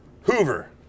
Hoover